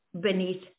beneath